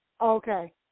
Okay